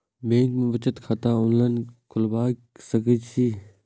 Bank में बचत खाता ऑनलाईन खोलबाए सके छी?